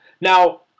Now